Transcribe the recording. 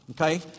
Okay